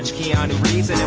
keanu reeves